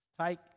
Take